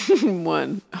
one